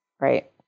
Right